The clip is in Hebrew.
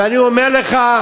ואני אומר לך,